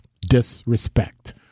disrespect